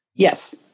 Yes